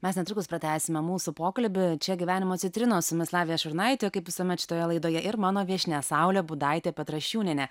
mes netrukus pratęsime mūsų pokalbį čia gyvenimo citrinos su jumis lavija šurnaitė kaip visuomet šitoje laidoje ir mano viešnia saulė budaitė petrašiūnienė